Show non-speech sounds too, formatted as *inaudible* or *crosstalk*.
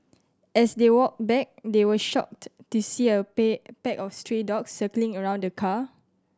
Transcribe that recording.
as they walked back they were shocked to see a *unintelligible* pack of stray dogs circling around the car